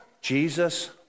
Jesus